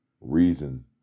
reason